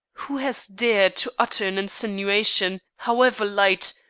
who has dared to utter an insinuation, however light,